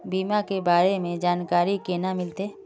बीमा के बारे में जानकारी केना मिलते?